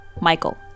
Michael